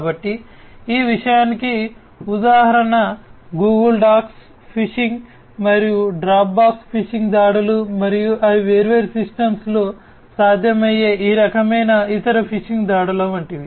కాబట్టి ఈ విషయానికి ఉదాహరణ గూగుల్ డాక్స్ ఫిషింగ్ మరియు డ్రాప్బాక్స్ ఫిషింగ్ దాడులు మరియు అవి వేర్వేరు సిస్టమ్స్లో సాధ్యమయ్యే ఈ రకమైన ఇతర ఫిషింగ్ దాడుల వంటివి